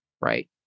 Right